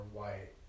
white